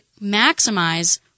maximize